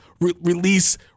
release